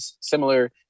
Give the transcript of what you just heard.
similar